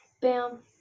Bam